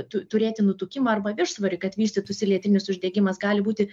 tu turėti nutukimą arba viršsvorį kad vystytųsi lėtinis uždegimas gali būti